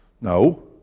No